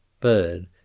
Bird